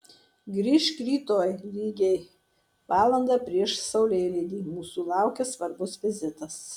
grįžk rytoj lygiai valandą prieš saulėlydį mūsų laukia svarbus vizitas